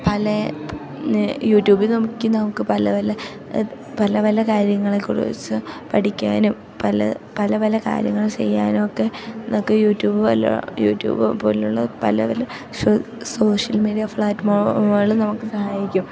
പലേ യൂട്യൂബിൽ നോക്കി നമുക്ക് പല പല പല പല കാര്യങ്ങളെക്കുറിച്ച് പഠിക്കാനും പല പല പല കാര്യങ്ങൾ ചെയ്യാനൊക്കെ നമുക്ക് യൂട്യൂബ് വല്ല യൂട്യൂബ് പോലെയുള്ള പല പല സോഷ്യൽ മീഡിയ പ്ലാറ്റ്ഫോമുകൾ നമുക്ക് സഹായിക്കും